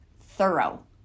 thorough